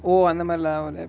oh அந்தமாரி:anthamari lah oh lap